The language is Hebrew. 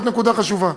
זאת נקודה חשובה,